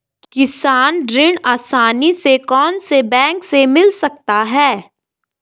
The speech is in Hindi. किसान ऋण आसानी से कौनसे बैंक से मिल सकता है?